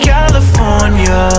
California